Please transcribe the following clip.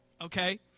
Okay